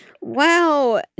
Wow